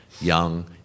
young